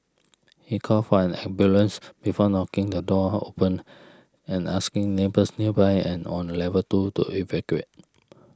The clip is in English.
he called for an ambulance before knocking the door open and asking neighbours nearby and on level two to evacuate